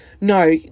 No